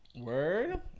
Word